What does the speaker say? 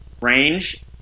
range